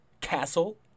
Castle